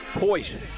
poison